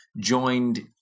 joined